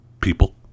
people